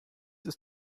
ist